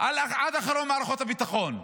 עד האחרון במערכות הביטחון: